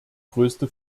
größte